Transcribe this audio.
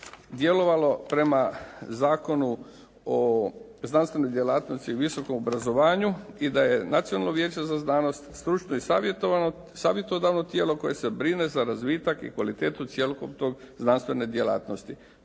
djelovalo prema Zakonu o znanstvenoj djelatnosti i visokom obrazovanju i da je Nacionalno vijeće za znanost stručno i savjetodavno tijelo koje se brine za razvitak i kvalitetu cjelokupne znanstvene djelatnosti.